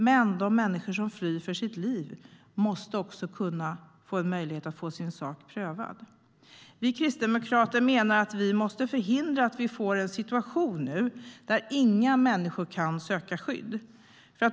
Men de människor som flyr för sitt liv måste kunna få sin sak prövad. Vi kristdemokrater menar att vi måste förhindra att vi får en situation där inga människor kan söka skydd.